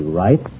right